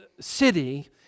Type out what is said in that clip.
city